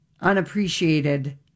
unappreciated